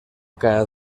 cada